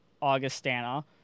Augustana